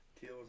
Teal